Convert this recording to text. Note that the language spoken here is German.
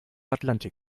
atlantik